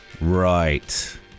Right